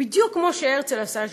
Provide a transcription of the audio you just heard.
בדיוק כמו שהרצל עשה.